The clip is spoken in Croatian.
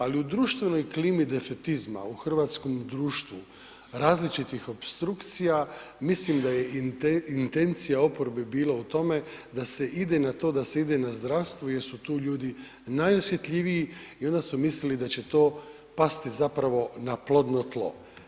Ali u društvenoj klimi defetizma u hrvatskom društvu različitih opstrukcija mislim da je intencija oporbe bila u tome da se ide na to da se ide na zdravstvo jer su tu ljudi najosjetljiviji i onda su mislili da će to pasti na plodno tlo.